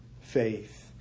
faith